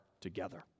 together